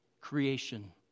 creation